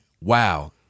wow